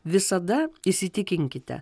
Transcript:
visada įsitikinkite